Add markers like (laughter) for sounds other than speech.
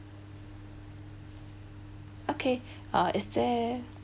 okay (breath) uh is there